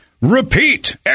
repeat